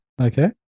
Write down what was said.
Okay